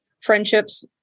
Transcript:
friendships